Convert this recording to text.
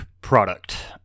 product